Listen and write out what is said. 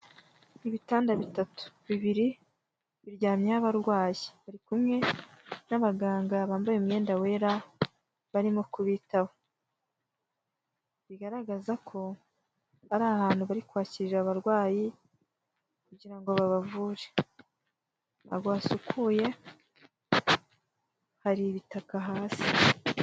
Ibitanda bitatu, bibiri biryamyeho abarwayi, bari kumwe n'abaganga bambaye umwenda wera barimo kubitaho, bigaragaza ko ari ahantu bari kwakirira abarwayi kugira ngo babavure, ntabwo hasukuye, hari ibitaka hasi.